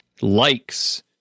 likes